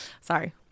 sorry